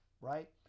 right